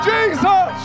Jesus